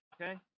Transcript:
Okay